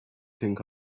king